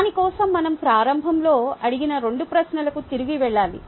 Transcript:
దాని కోసం మనం ప్రారంభంలో అడిగిన 2 ప్రశ్నలకు తిరిగి వెళ్లాలి